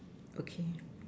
okay